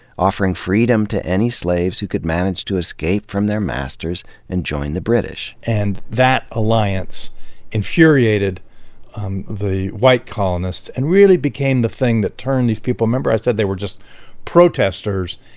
offering freedom to any slaves who could manage to escape from their masters and join the british. and that alliance infuriated the white colonists and really became the thing that turned these people remember, i said they were just protesters.